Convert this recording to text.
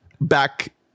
back